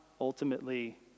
ultimately